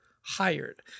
hired